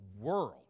world